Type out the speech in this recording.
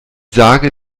sage